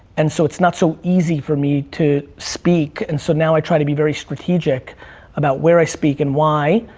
and so it's not so easy for me to speak. and so now i try to be very strategic about where i speak and why,